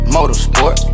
Motorsport